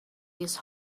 his